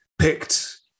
picked